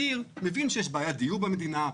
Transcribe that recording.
אני מבין שיש בעיית דיור במדינה,